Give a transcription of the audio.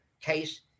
case